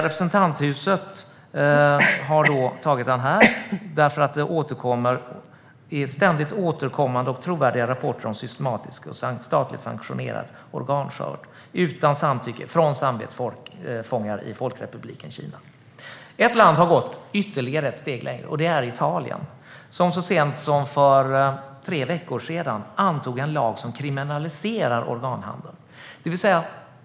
Representanthuset har antagit den på grund av ständigt återkommande och trovärdiga rapporter om systematisk och statligt sanktionerad organskörd, utan samtycke, från samvetsfångar i Folkrepubliken Kina. Ett land har gått ytterligare ett steg längre: Italien. Så sent som för tre veckor sedan antog Italien en lag som kriminaliserar organhandel.